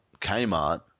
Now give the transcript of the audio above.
Kmart